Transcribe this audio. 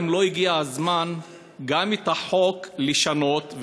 אם לא הגיע הזמן גם את החוק לשנות,